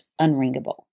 unringable